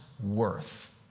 Worth